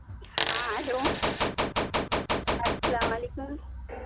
ہاں ہیلو السّلام علیکم